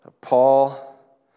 Paul